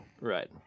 Right